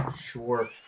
Sure